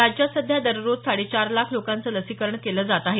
राज्यात सध्या दररोज साडेचार लाख लोकांचं लसीकरण केलं जात आहे